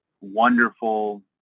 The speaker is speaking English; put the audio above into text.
wonderful